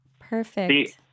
Perfect